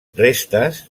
restes